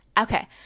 Okay